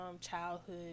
childhood